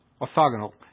orthogonal